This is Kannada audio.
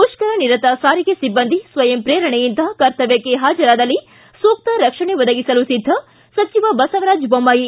ಮುಪ್ತರನಿರತ ಸಾರಿಗೆ ಸಿಬ್ಲಂದಿ ಸ್ನಯಂಪ್ರೇರಣೆಯಿಂದ ಕರ್ತವ್ಯಕ್ಷೆ ಹಾಜರಾದಲ್ಲಿ ಸೂಕ್ತ ರಕ್ಷಣೆ ಒದಗಿಸಲು ಸಿದ್ದ ಸಚಿವ ಬಸವರಾಜ ಬೊಮ್ಲಾಯಿ